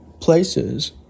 places